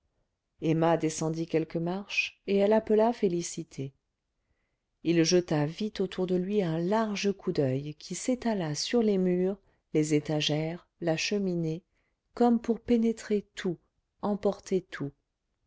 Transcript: emma descendit quelques marches et elle appela félicité il jeta vite autour de lui un large coup d'oeil qui s'étala sur les murs les étagères la cheminée comme pour pénétrer tout emporter tout